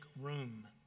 room